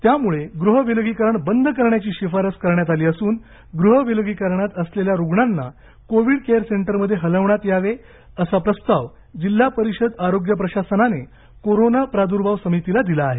त्यामुळे गृह विलगीकरण बंद करण्याची शिफारस करण्यात आली असून गृहविलगीकरणात असलेल्या रुग्णांना कोव्हिड केअर सेंटरमध्ये हलवण्यात यावे असा प्रस्ताव जिल्हा परिषद आरोग्य प्रशासनाने कोरोना प्राद्र्भाव समितीला दिला आहे